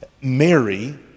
Mary